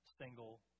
single